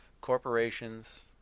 corporations